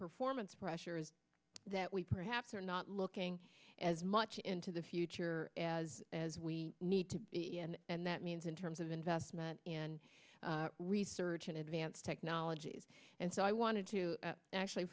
performance pressures that we perhaps are not looking as much into the future as as we need to be and that means in terms of investment in research in advanced technologies and so i wanted to actually